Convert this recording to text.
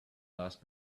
last